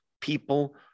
People